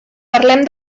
parlem